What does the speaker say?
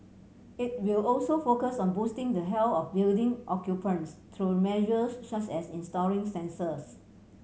it will also focus on boosting the health of building occupants through measures such as installing sensors